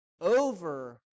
over